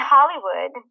Hollywood